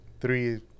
Three